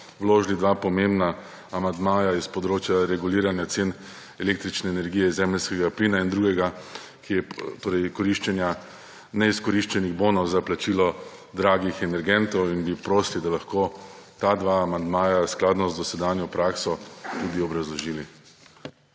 vložili dva pomembna amandmaja s področja reguliranja cen električne energije, zemeljskega plina in drugega, torej koriščenja neizkoriščenih bonov za plačilo dragih energentov. Prosili bi, če bi lahko ta dva amandmaja skladno z dosedanjo prakso tudi obrazložili.